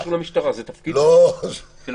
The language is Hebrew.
זה לא קשור למשטרה, אלא לכנסת.